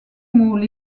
mots